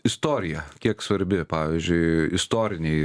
istorija kiek svarbi pavyzdžiui istoriniai